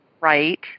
right